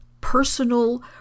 personal